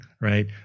right